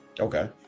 Okay